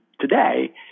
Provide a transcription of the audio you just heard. today